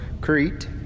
Crete